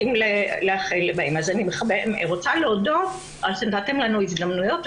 אני רוצה להודות על שנתתם לנו הזדמנויות,